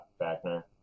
Backner